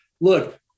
Look